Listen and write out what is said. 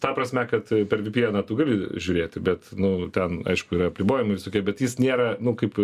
ta prasme kad per vy py eną tu gali žiūrėti bet nu ten aišku yra apribojimai visokie jis nėra nu kaip